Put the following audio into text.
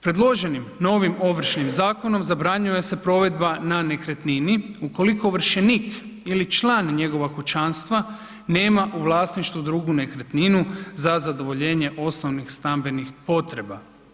Predloženim novim Ovršnim zakon, zabranjuje se provedba na nekretnini ukoliko ovršenik ili član njegova kućanstva nema u vlasništvu drugu nekretninu za zadovoljenje osnovnih stambenih potreba.